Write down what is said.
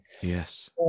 Yes